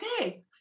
okay